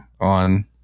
on